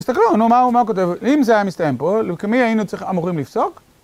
תסתכלו, מה הוא כותב? אם זה היה מסתיים פה, כמי היינו אמורים לפסוק?